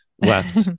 left